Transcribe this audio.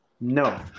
No